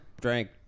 drank